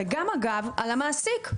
ואגב גם על המעסיק,